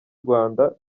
rwanda